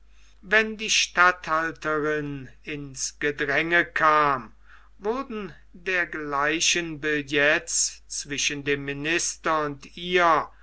wenn die statthalterin ins gedränge kam wurden dergleichen billets zwischen dem minister und ihr